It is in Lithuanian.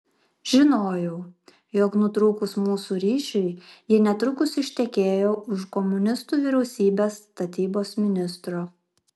žinojau jog nutrūkus mūsų ryšiui ji netrukus ištekėjo už komunistų vyriausybės statybos ministro